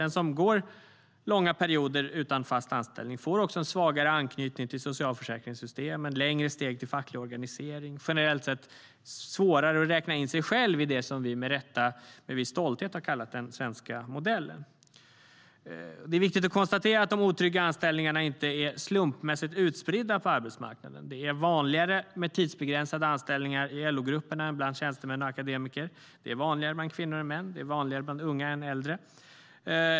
Den som går långa perioder utan fast anställning får också en svagare anknytning till socialförsäkringssystemen, längre steg till facklig organisering och generellt sett svårare att räkna in sig själv i det som vi med rätta och med viss stolthet har kallat den svenska modellen. Det är viktigt att konstatera att de otrygga anställningarna inte är slumpmässigt utspridda på arbetsmarknaden. Det är vanligare med tidsbegränsade anställningar i LO-grupperna än bland tjänstemän och akademiker. Det är vanligare bland kvinnor än bland män. Det är vanligare bland unga än bland äldre.